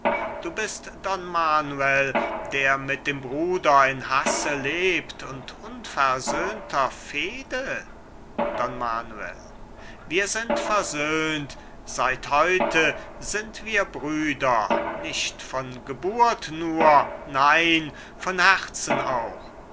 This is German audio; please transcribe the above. du bist don manuel der mit dem bruder in hasse lebt und unversöhnter fehde don manuel wir sind versöhnt seit heute sind wir brüder nicht von geburt nur nein von herzen auch